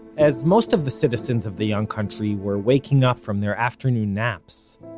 as most of the citizens of the young country were waking up from their afternoon naps,